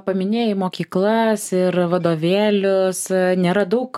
paminėjai mokyklas ir vadovėlius nėra daug